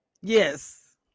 Yes